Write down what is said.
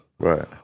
Right